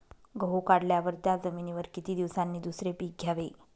गहू काढल्यावर त्या जमिनीवर किती दिवसांनी दुसरे पीक घ्यावे?